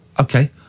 Okay